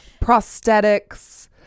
Prosthetics